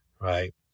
right